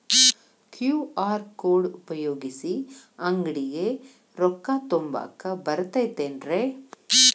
QR code ಉಪಯೋಗಿಸಿ, ಅಂಗಡಿಗೆ ರೊಕ್ಕಾ ತುಂಬಾಕ್ ಬರತೈತೇನ್ರೇ?